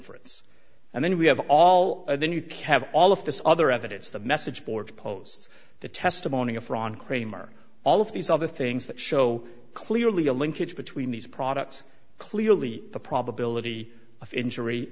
inference and then we have all and then you can have all of this other evidence the message board post the testimony of ron kramer all of these other things that show clearly a linkage between these products clearly the probability of injury